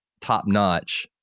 top-notch